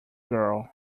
girl